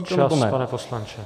Čas, pane poslanče.